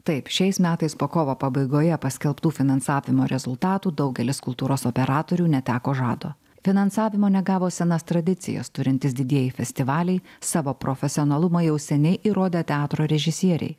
taip šiais metais po kovo pabaigoje paskelbtų finansavimo rezultatų daugelis kultūros operatorių neteko žado finansavimo negavo senas tradicijas turintys didieji festivaliai savo profesionalumą jau seniai įrodę teatro režisieriai